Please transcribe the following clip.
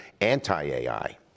anti-AI